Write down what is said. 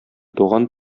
туган